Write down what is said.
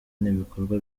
n’ibikorwa